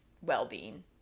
well-being